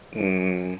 mm